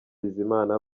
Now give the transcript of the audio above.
bizimana